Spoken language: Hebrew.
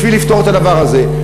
בשביל לפתור את הדבר הזה.